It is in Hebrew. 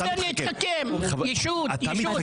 ניסיון להתחכם ישות, ישות.